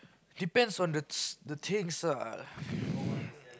depends on the the things ah